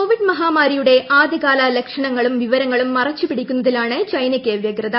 Covid മഹാമാരിയുടെ ആദൃ കാല ലക്ഷണങ്ങളും വിവരങ്ങളും മറച്ചുപിടിക്കുന്നതിലാണ് ചൈനയ്ക്ക് വൃഗ്രത